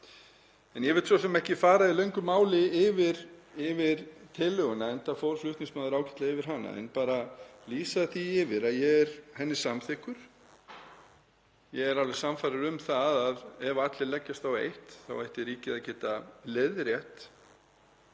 Ég ætla svo sem ekki að fara í löngu máli yfir tillöguna, enda fór flutningsmaður ágætlega yfir hana, en bara lýsa því yfir að ég er henni samþykkur. Ég er alveg sannfærður um að ef allir leggjast á eitt þá ætti ríkið að geta leiðrétt